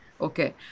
Okay